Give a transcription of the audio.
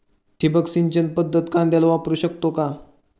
ठिबक सिंचन पद्धत कांद्याला वापरू शकते का?